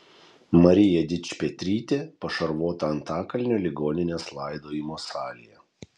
marija dičpetrytė pašarvota antakalnio ligoninės laidojimo salėje